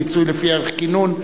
פיצוי לפי ערך כינון),